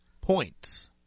points